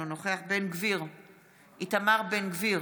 אינו נוכח איתמר בן גביר,